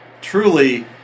truly